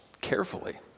carefully